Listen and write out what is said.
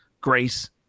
grace